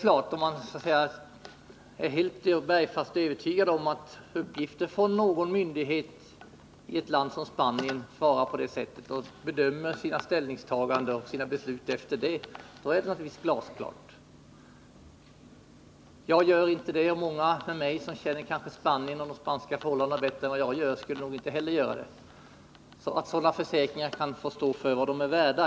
Är man bergfast övertygad om att uppgifter från myndigheter i ett land som Spanien är pålitliga och gör sina ställningstaganden på basis av dem är det naturligtvis glasklart. Men jag är inte övertygad, och många andra, som kanske känner Spanien och de spanska förhållandena bättre än jag, skulle nog inte heller vara övertygade. Försäkringar från det hållet kan få stå för vad de är värda.